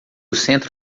centro